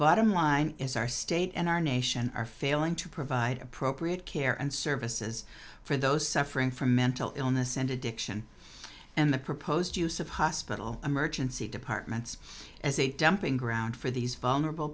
bottom line is our state and our nation are failing to provide appropriate care and services for those suffering from mental illness and addiction and the proposed use of hospital emergency departments as a dumping ground for these vulnerable